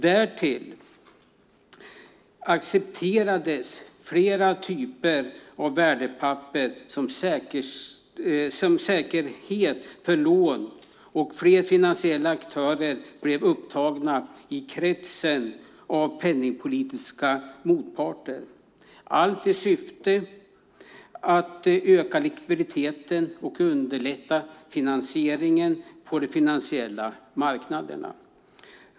Därtill accepterades flera typer av värdepapper som säkerhet för lån, och fler finansiella aktörer blev upptagna i kretsen av penningpolitiska motparter, allt i syfte att öka likviditeten och underlätta finansieringen på de finansiella marknaderna.